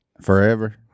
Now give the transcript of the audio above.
Forever